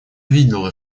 видела